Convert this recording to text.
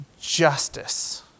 justice